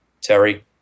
Terry